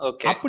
Okay